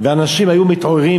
ואנשים היו מתעוררים,